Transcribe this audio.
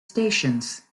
stations